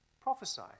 prophesy